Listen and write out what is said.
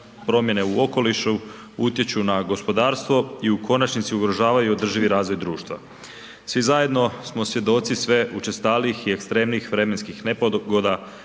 promjene u okolišu, utječu na gospodarstvo i u konačnici ugrožavaju održivi razvoj društva. Svi zajedno smo svjedoci sve učestalijih i ekstremnijih vremenskih nepogoda